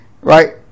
right